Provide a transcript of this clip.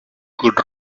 good